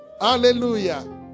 Hallelujah